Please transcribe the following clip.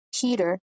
Peter